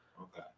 okay